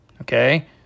Okay